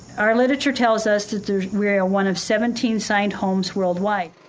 our literature tells us that we are one of seventeen signed homes worldwide.